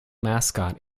mascot